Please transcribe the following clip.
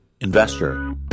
investor